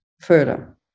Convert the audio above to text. further